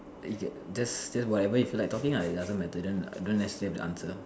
just just whatever you feel like talking lah it doesn't matter don't don't necessarily have to answer